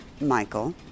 Michael